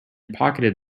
pocketed